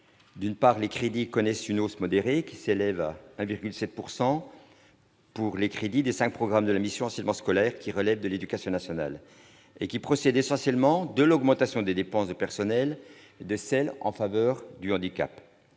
stable. Les crédits connaissent en effet une hausse modérée, qui s'élève à 1,7 % pour les crédits des cinq programmes de la mission « Enseignement scolaire » qui relèvent de l'éducation nationale, et qui procède essentiellement de l'augmentation des dépenses de personnel et de celles en faveur du handicap.